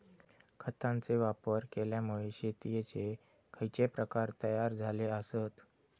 खतांचे वापर केल्यामुळे शेतीयेचे खैचे प्रकार तयार झाले आसत?